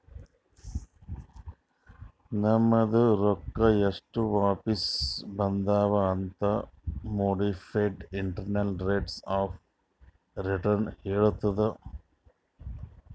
ನಮ್ದು ರೊಕ್ಕಾ ಎಸ್ಟ್ ವಾಪಿಸ್ ಬಂದಾವ್ ಅಂತ್ modified internal rates of return ಹೇಳತ್ತುದ್